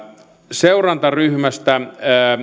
seurantaryhmästä